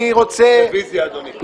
רביזיה, אדוני.